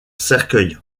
cercueil